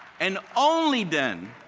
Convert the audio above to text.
and only then,